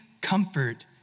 comfort